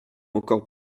encore